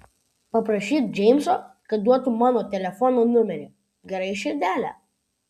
paprašyk džeimso kad duotų mano telefono numerį gerai širdele